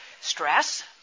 Stress